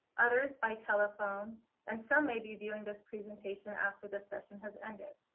others by telephone, and some may be viewing this presentation after this session has ended.